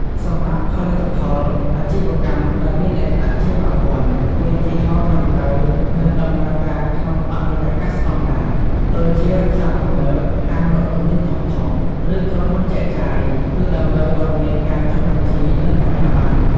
សម្រាប់ផលិតផលអាជីវកម្មដែលមានលក្ខណៈជាប្រព័ន្ធ មានយីហោត្រឹមត្រូវ និងដំណើរការក្នុងបរិយាកាសស្តង់ដារ ដូចជាផ្សារទំនើប ហាងលក់ទំនិញធំៗ ឬក្រុមហ៊ុនចែកចាយ គឺតម្រូវឱ្យមានការចុះបញ្ជី និងអាជ្ញាប័ណ្ណ។